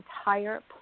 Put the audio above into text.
entire